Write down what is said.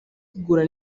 igura